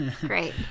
Great